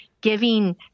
giving